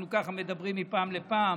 אנחנו ככה מדברים מפעם לפעם.